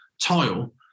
tile